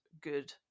good